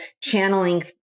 channeling